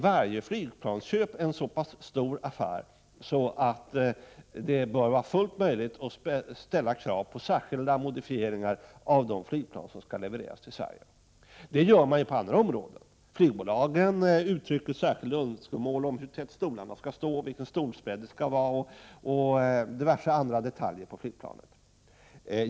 Varje flygplansköp är en så stor affär att det bör vara fullt möjligt att ställa krav på särskilda modifieringar före leveransen till Sverige. Detta gör man ju på andra områden. Flygbolagen uttrycker särskilda önskemål om hur stolarna skall stå, vilken stolsbredden skall vara och diverse andra detaljer.